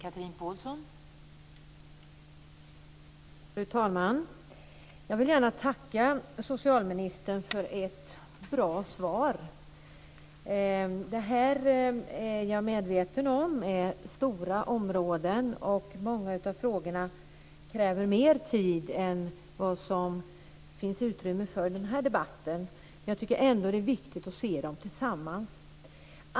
Fru talman! Jag vill gärna tacka socialministern för ett bra svar. Det här är stora områden, det är jag medveten om, och många av frågorna kräver mer tid än det finns utrymme för i den här debatten. Jag tycker ändå att det är viktigt att se dem tillsammans.